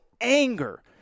anger